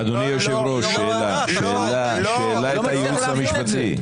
--- אדוני היושב-ראש, שאלה לייעוץ המשפטי.